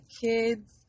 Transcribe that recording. kids